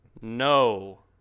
No